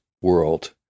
world